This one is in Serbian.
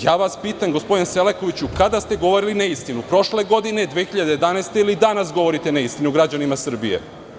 Pitam vas gospodine Selakoviću kada ste govorili neistinu, prošle godine, 2011. godine ili danas govorite neistinu građanima Srbije?